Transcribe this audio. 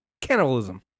cannibalism